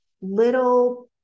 little